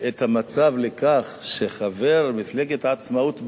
את המצב לכך שחבר בכיר של מפלגת העצמאות,